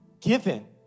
given